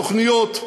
תוכניות,